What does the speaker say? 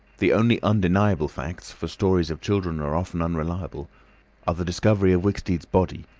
the only undeniable facts for stories of children are often unreliable are the discovery of wicksteed's body,